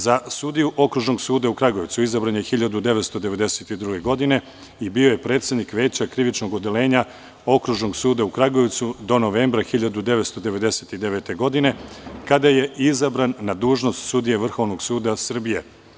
Za sudiju Okružnog suda u Kragujevcu izabran je 1992. godine i bio je predsednik Veća krivičnog odeljenja Okružnog suda u Kragujevcu do novembra 1999. godine, kada je izabran na dužnost sudije Vrhovnog suda Srbije.